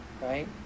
right